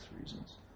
reasons